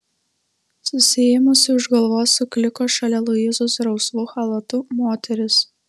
susiėmusi už galvos sukliko šalia luizos rausvu chalatu moteris